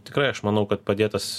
tikrai aš manau kad padėtas